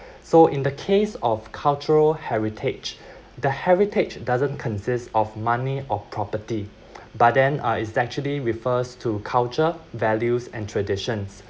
so in the case of cultural heritage the heritage doesn't consist of money or property but then uh is actually refers to culture values and traditions